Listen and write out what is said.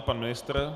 Pan ministr?